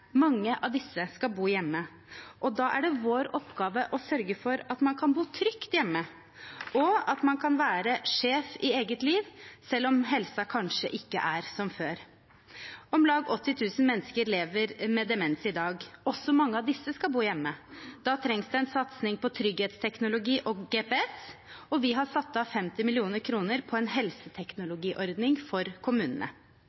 Mange av disse skal bo hjemme, og da er det vår oppgave å sørge for at man kan bo trygt hjemme, og at man kan være sjef i eget liv, selv om helsen kanskje ikke er som før. Om lag 80 000 mennesker lever med demens i dag. Også mange av disse skal bo hjemme. Da trengs det en satsing på trygghetsteknologi og GPS, og vi har satt av 50 mill. kr til en